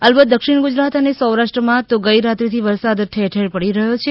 અલબત દક્ષિણ ગુજરાત અને સૌરાષ્ટ્ર માં તો ગાઈરાત્રિ થી વરસાદ ઠેર ઠેર પડી રહ્યો છે